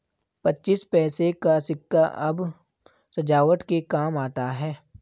पच्चीस पैसे का सिक्का अब सजावट के काम आता है